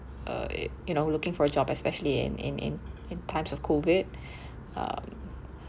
uh you know looking for a job especially in in in in times of COVID um